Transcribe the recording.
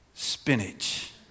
spinach